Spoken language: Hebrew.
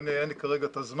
אין לי כרגע את הזמן,